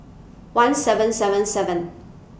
one seven seven seven